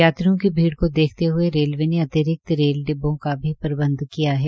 यात्रियों की भीड़ को देखते हुए रेलवे ने अतिरिक्त रेल डिब्बों का भी प्रबंध किया है